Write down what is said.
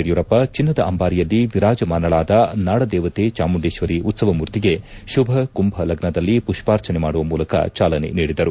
ಯಡಿಯೂರಪ್ಪ ಚಿನ್ನದ ಅಂಬಾರಿಯಲ್ಲಿ ವೀರಾಜಮಾನಳಾದ ನಾಡದೇವತೆ ಚಾಮುಂಡೇಶ್ವರಿ ಉತ್ಸವ ಮೂರ್ತಿಗೆ ಶುಭ ಕುಂಭಲಗ್ನದಲ್ಲಿ ಪುಷ್ಪಾರ್ಚನೆ ಮಾಡುವ ಮೂಲಕ ಚಾಲನೆ ನೀಡಿದರು